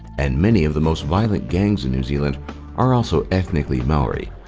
and many of the most violent gangs in new zealand are also ethnically maori.